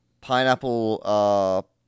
pineapple